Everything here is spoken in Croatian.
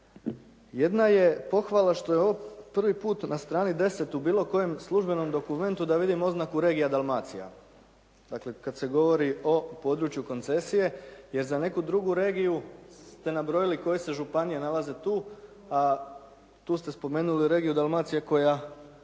Jedna je pohvala što je ovdje prvi put na strani 10. u bilo kojem službenom dokumentu da vidim oznaku regija Dalmacija. Dakle, kad se govori o području koncesije, jer za neku drugu regiju ste nabrojili koje se županije nalaze tu, a tu ste spomenuli regiju Dalmacija koja